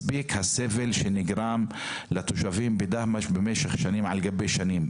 מספיק הסבל שנגרם לתושבים בדהמש במשך שנים על גבי שנים.